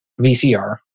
VCR